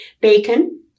Bacon